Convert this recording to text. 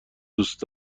دوست